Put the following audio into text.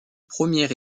premier